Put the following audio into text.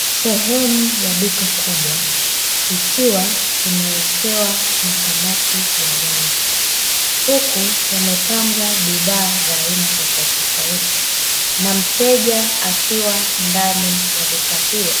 Sehemu ya duka kubwa, ikiwa imewekewa makabati ya wazi. Huku yamepangwa bidhaa za aina tofauti tofauti, na mteja akiwa ndani ya duka hilo,